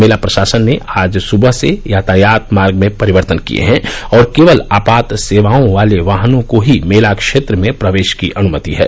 मेला प्रशासन ने आज सुबह से यातायात मार्ग में परिवर्तन किए हैं और केवल आपात सेवाओं वाले वाहनों को ही मेला क्षेत्र में प्रवेश की अनुमति है